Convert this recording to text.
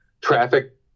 traffic